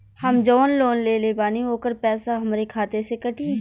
हम जवन लोन लेले बानी होकर पैसा हमरे खाते से कटी?